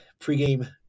pregame